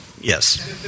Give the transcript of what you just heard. Yes